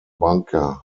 bunker